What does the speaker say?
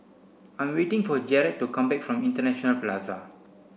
I'm waiting for Jered to come back from International Plaza